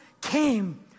came